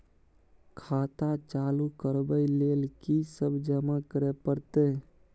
खाता चालू करबै लेल की सब जमा करै परतै?